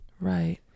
Right